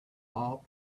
all